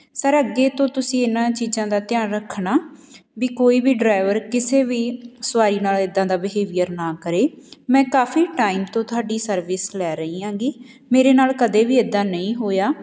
sir ਅੱਗੇ ਤੋਂ ਤੁਸੀਂ ਇਹਨਾਂ ਚੀਜ਼ਾਂ ਦਾ ਧਿਆਨ ਰੱਖਣਾ ਵੀ ਕੋਈ ਵੀ ਡਰਾਈਵਰ ਕਿਸੇ ਵੀ ਸਵਾਰੀ ਨਾਲ ਇੱਦਾਂ ਦਾ ਬਿਹੇਵੀਅਰ ਨਾ ਕਰੇ ਮੈਂ ਕਾਫ਼ੀ ਟਾਈਮ ਤੋਂ ਤੁਹਾਡੀ ਸਰਵਿਸ ਲੈ ਰਹੀ ਹਾਂ ਗੀ ਮੇਰੇ ਨਾਲ ਕਦੇ ਵੀ ਇੱਦਾਂ ਨਹੀਂ ਹੋਇਆ